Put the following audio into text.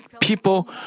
people